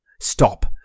Stop